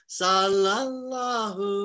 sallallahu